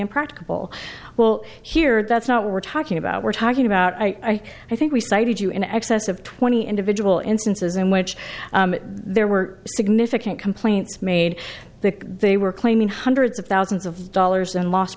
impracticable well here that's not what we're talking about we're talking about i think we cited you in excess of twenty individual instances in which there were significant complaints made that they were claiming hundreds of thousands of dollars in l